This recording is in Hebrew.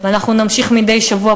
ואנחנו נמשיך מדי שבוע,